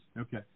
Okay